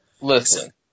Listen